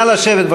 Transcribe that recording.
נא לשבת.